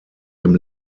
dem